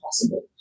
possible